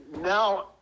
now